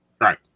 Right